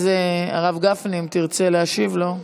אז, הרב גפני, אם תרצה להשיב לו,